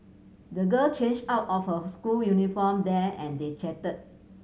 the girl changed out of her school uniform there and they chatted